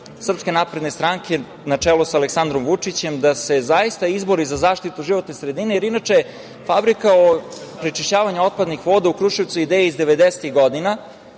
dokaz namere SNS, na čelu sa Aleksandrom Vučićem, da se zaista izbori za zaštitu životne sredine, jer inače, fabrika prečišćavanja otpadnih voda u Kruševcu je ideja iz 90-ih godina,